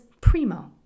primo